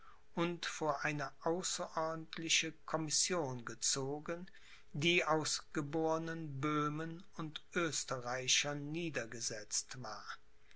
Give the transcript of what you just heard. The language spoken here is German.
und vor eine außerordentliche commission gezogen die aus gebornen böhmen und oesterreichern niedergesetzt war